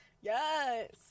Yes